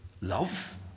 love